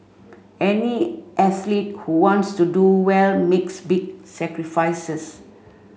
any athlete who wants to do well makes big sacrifices